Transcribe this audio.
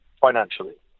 financially